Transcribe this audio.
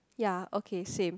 ya okay same